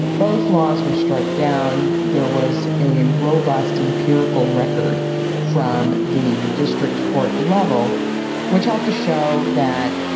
both laws were struck down. there was a robust empirical record from the district court level which helped to show that,